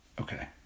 Okay